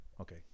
Okay